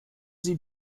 sie